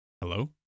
Hello